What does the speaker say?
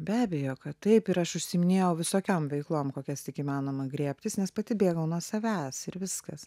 be abejo kad taip ir aš užsiiminėjau visokiom veiklom kokias tik įmanoma griebtis nes pati bėgau nuo savęs ir viskas